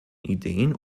ideen